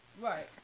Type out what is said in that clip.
Right